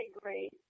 great